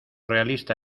realista